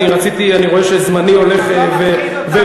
אני רציתי, אני רואה שזמני הולך ומסתיים.